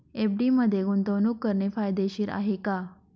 FD मध्ये गुंतवणूक करणे फायदेशीर आहे का?